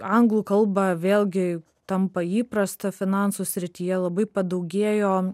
anglų kalba vėlgi tampa įprasta finansų srityje labai padaugėjo